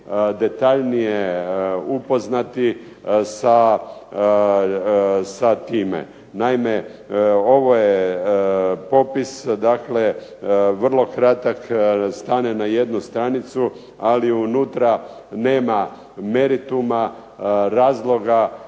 detaljnije upoznati sa time. Naime, ovo je popis, dakle vrlo kratak, stane na jednu stranicu. Ali unutra nema merituma, razloga